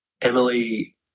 Emily